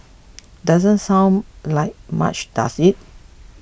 doesn't sound like much does it